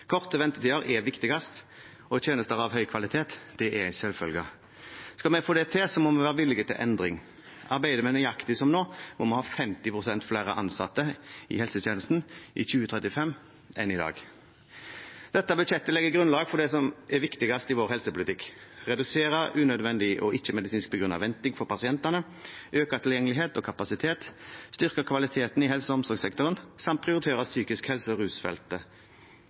Korte ventetider er viktigst, og tjenester av høy kvalitet er en selvfølge. Skal vi få det til, må vi være villige til endring. Arbeider vi nøyaktig som nå, må vi ha 50 pst. flere ansatte i helsetjenesten i 2035 enn i dag. Dette budsjettet legger grunnlag for det som er viktigst i vår helsepolitikk: å redusere unødvendig og ikke-medisinsk begrunnet venting for pasientene, å øke tilgjengelighet og kapasitet, å styrke kvaliteten i helse- og omsorgssektoren samt å prioritere psykisk helse og rusfeltet.